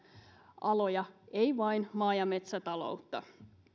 aloja ei vain maa ja metsätaloutta